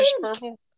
purple